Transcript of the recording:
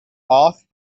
off